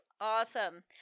awesome